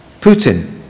Putin